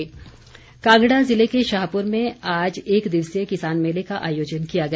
सरवीण चौधरी कांगड़ा जिले के शाहपुर में आज एक दिवसीय किसान मेले का आयोजन किया गया